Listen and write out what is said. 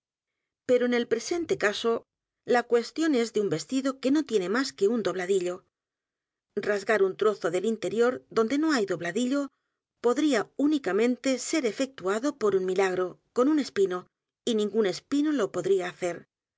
o en el presente caso edgar poe novelas y cuentos la cuestión es de un vestido que no tiene m á s que un dobladillo r a s g a r un trozo del interior donde no hay dobladillo podría únicamente ser efectuado por u n milagro con u n espino y ningún espino lo podría hacer